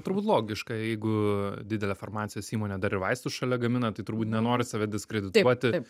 turbūt logiška jeigu didelė farmacijos įmonė dar ir vaistus šalia gamina tai turbūt nenori save diskredituoti